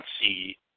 see